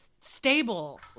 stable